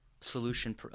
solution